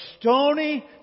stony